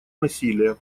насилия